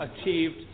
achieved